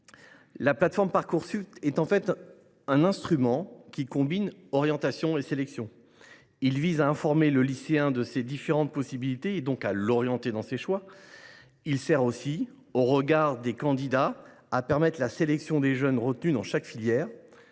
La plateforme Parcoursup est en fait un instrument qui combine orientation et sélection. Elle vise à informer le lycéen des différentes possibilités qui lui sont offertes et, donc, à l’orienter dans ses choix. Elle sert aussi, au regard des candidatures, à sélectionner les jeunes retenus dans chaque filière.